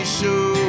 show